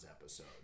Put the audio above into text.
episode